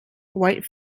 white